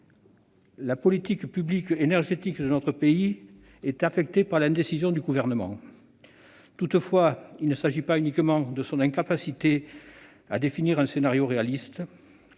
La politique publique énergétique de notre pays est affectée par l'indécision du Gouvernement. Toutefois, il ne s'agit pas uniquement de son incapacité à définir un scénario réaliste.